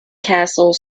castle